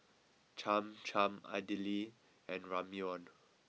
Cham Cham Idili and Ramyeon